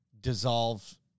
dissolve